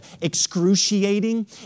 excruciating